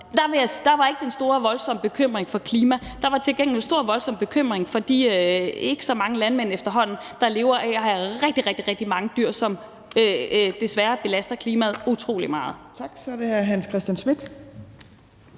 Der var ikke den store, voldsomme bekymring for klimaet; der var til gengæld stor, voldsom bekymring for de ikke så mange landmænd efterhånden, der lever af at have rigtig, rigtig mange dyr, som desværre belaster klimaet utrolig meget. Kl. 12:46 Tredje næstformand